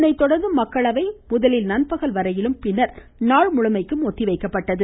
இதனைத்தொடர்ந்து மக்களவை முதலில் நண்பகல் வரையிலும் பின்னர் நாள் முழுமைக்கும் ஒத்திவைக்கப்பட்டது